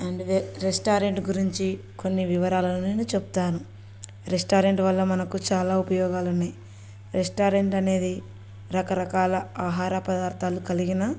and restaurant గురించి కొన్ని వివరాలను నేను చెప్తాను రెస్టారెంట్ వల్ల మనకు చాలా ఉపయోగాలు ఉన్నాయి రెస్టారెంట్ అనేది రకరకాల ఆహార పదార్థాలు కలిగిన